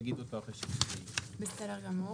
(20)בסעיף 77(א),